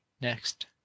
next